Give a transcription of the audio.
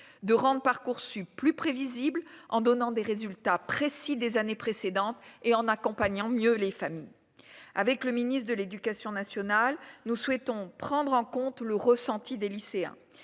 je cite, de Parcoursup, plus prévisible en donnant des résultats précis des années précédentes et en accompagnant mieux les familles avec le ministre de l'Éducation nationale, nous souhaitons prendre en compte le ressenti des lycéens